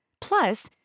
Plus